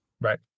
Right